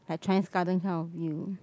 like Chinese garden kind of view